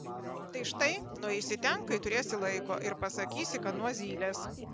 tai štai nueisi ten kai turėsi laiko ir pasakysi kad nuo zylės